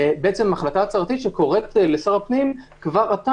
החלטה הצהרתית שקוראת לשר הפנים כבר עכשיו